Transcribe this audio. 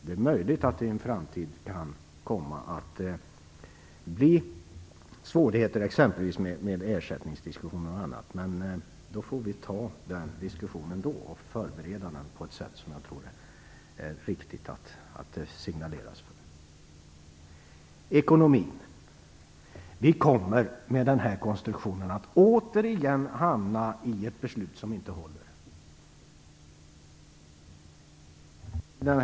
Det är möjligt att det i en framtid kan komma att bli svårigheter, exempelvis med ersättningsdiskussioner. Men vi får ta den diskussionen då och förbereda den på ett sådant sätt som jag tror att det är riktigt att vi ger signaler om. Så till ekonomin. Med den här konstruktionen kommer vi återigen att hamna i ett beslut som inte håller.